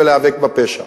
ולהיאבק בפשע,